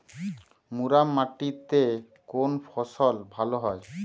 মুরাম মাটিতে কোন ফসল ভালো হয়?